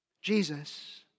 Jesus